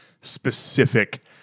specific